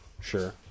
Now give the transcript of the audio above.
Sure